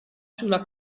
sulla